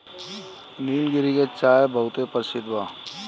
निलगिरी के चाय बहुते परसिद्ध बा